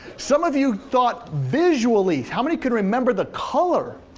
some of you thought visually. how many could remember the color?